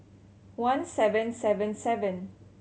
one seven seven seven